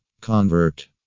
Convert